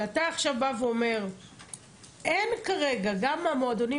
שאתה עכשיו בא ואומר שאין כרגע פתרון וגם המועדונים